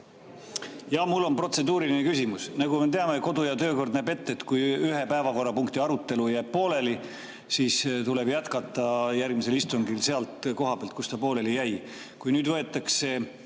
Mul on protseduuriline küsimus. Nagu me teame, kodu- ja töökord näeb ette, et kui ühe päevakorrapunkti arutelu jääb pooleli, siis tuleb jätkata järgmisel istungil sealt koha pealt, kus ta pooleli jäi. Kui nüüd võetakse